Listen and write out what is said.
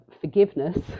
forgiveness